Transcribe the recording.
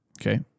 Okay